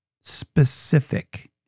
specific